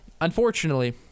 unfortunately